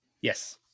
Yes